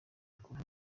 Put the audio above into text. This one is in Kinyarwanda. kuvugwaho